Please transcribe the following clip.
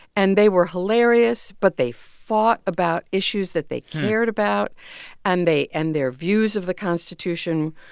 and they were hilarious, but they fought about issues that they cared about and they and their views of the constitution